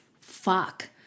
fuck